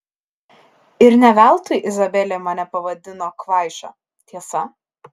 ir ne veltui izabelė mane pavadino kvaiša tiesa